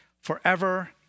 forever